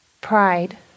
pride